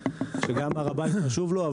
שגם הר הבית חשוב לו.